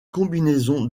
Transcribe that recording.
combinaison